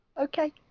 okay